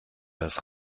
das